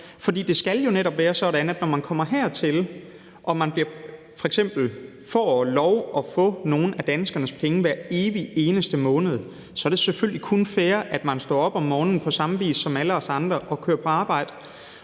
For det skal jo netop være sådan, at når man kommer hertil og man f.eks. får lov at få nogle af danskernes penge hver evig eneste måned, så er det selvfølgelig kun fair, at man står op om morgenen på samme vis som alle os andre og går på arbejde.